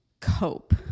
cope